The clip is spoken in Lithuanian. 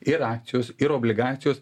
ir akcijos ir obligacijos